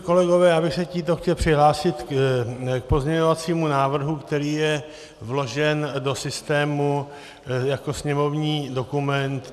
Kolegové, já bych se tímto chtěl přihlásit k pozměňovacímu návrhu, který je vložen do systému jako sněmovní dokument 1849.